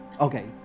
Okay